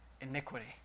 iniquity